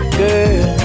girl